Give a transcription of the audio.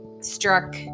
struck